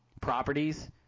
properties